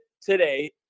today